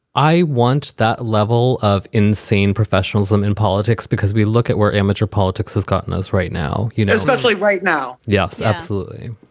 i want that level of insane professionalism in politics, because we look at where amateur politics has gotten us right now. you know, especially right now. yes, absolutely.